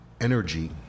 energy